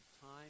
time